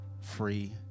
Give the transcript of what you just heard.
free